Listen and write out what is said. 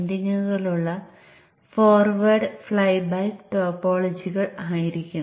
നിങ്ങൾക്ക് തീർച്ചയായും BJT ഉപയോഗിക്കാം